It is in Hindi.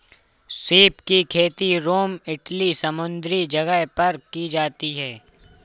सीप की खेती रोम इटली समुंद्री जगह पर की जाती है